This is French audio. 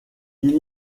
ils